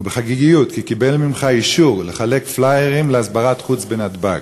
ובחגיגיות כי קיבל ממך אישור לחלק פליירים להסברת חוץ בנתב"ג.